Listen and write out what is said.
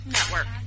Network